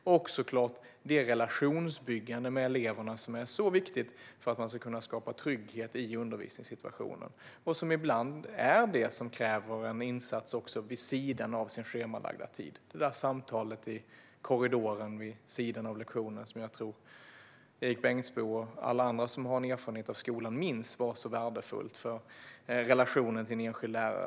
Något annat som avses är det relationsbyggande med eleverna som är så viktigt för att läraren ska kunna skapa trygghet i undervisningssituationen och som ibland kräver en insats även vid sidan av den schemalagda tiden. Det kan gälla det där samtalet i korridoren vid sidan av lektionen, som jag tror att Erik Bengtzboe och alla andra som har erfarenhet av skolan minns var så värdefullt för relationen till en enskild lärare.